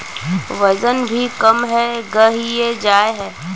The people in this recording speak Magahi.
वजन भी कम है गहिये जाय है?